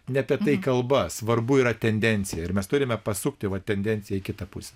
ne apie tai kalba svarbu yra tendencija ir mes turime pasukti va tendenciją į kitą pusę